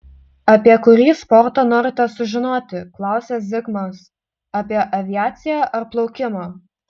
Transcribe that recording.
apie kurį sportą norite sužinoti klausia zigmas apie aviaciją ar plaukimą